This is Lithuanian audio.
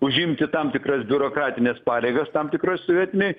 užimti tam tikras biurokratines pareigas tam tikroj sovietinėj